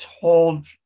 told